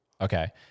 Okay